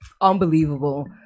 unbelievable